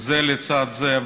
זה לצד זה.